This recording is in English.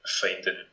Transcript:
finding